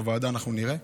בוועדה אנחנו נראה.